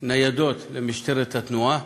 ניידות למשטרת התנועה.